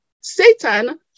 Satan